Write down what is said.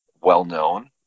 well-known